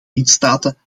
lidstaten